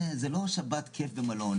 זה לא שבת כיף במלון.